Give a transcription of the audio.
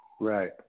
Right